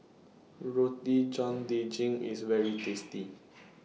Roti John Daging IS very tasty